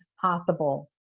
possible